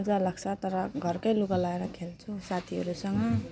मजालाग्छ तर घरकै लुगा लगाएर खेल्छु साथीहरूसँग